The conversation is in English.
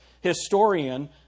historian